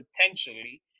potentially